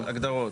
הגדרות.